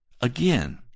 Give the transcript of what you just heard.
again